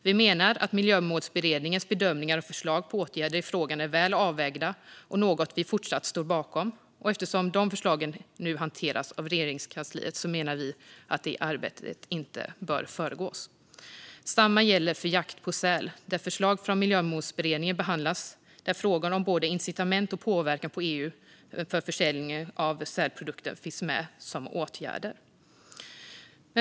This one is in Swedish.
Vi menar att Miljömålsberedningens bedömningar och förslag på åtgärder i frågan är väl avvägda, och det är något som vi fortsatt står bakom. Eftersom de förslagen nu hanteras av Regeringskansliet menar vi att det arbetet inte bör föregås. Detsamma gäller för jakt på säl. Där behandlas förslag från Miljömålsberedningen, där frågan om både incitament och påverkan på EU för försäljning av sälprodukter finns med som åtgärder.